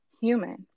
human